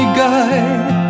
guide